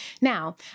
Now